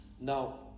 Now